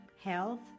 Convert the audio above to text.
health